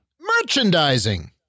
Merchandising